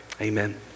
amen